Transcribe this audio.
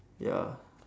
ya